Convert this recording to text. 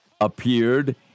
appeared